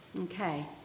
Okay